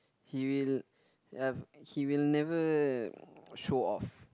he will uh he will never show off